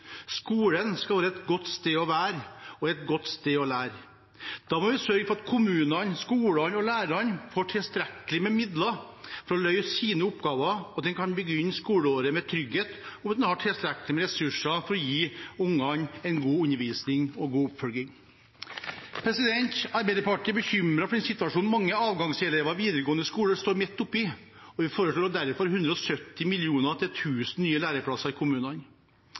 Skolen skal være et godt sted å være og et godt sted å lære. Da må vi sørge for at kommunene, skolene og lærerne får tilstrekkelig med midler for å løse sine oppgaver, og at en kan begynne skoleåret med trygghet for at en har tilstrekkelig med ressurser til å gi ungene en god undervisning og god oppfølging. Arbeiderpartiet er bekymret for den situasjonen mange avgangselever i videregående skole står midt oppi, og vi foreslå derfor 170 mill. kr til 1 000 nye læreplasser i kommunene.